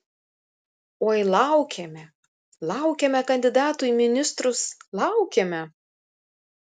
oi laukėme laukėme kandidatų į ministrus laukėme